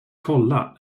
kolla